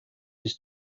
his